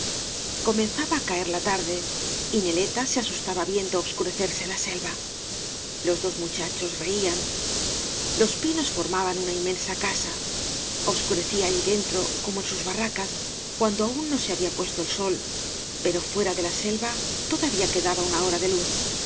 comenzaba á caer la tarde y neleta se asustaba viendo obscurecerse la selva los dos muchachos reían los pinos formaban una inmensa casa obscurecía allí dentro como en sus barracas cuando aún no se había puesto el sol pero fuera de la selva todavía quedaba una hora de luz